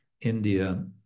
India